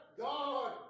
God